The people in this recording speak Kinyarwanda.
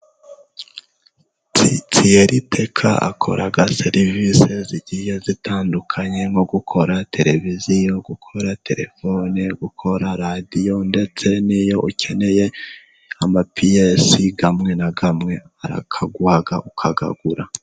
Thierry Teka akora serivisi zigiye zitandukanye nko gukora televiziyo, gukora telefoni, gukora radiyo ndetse n'iyo ukeneye amapiyesi amwe na amwe arayaguha ukayagura.